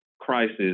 crisis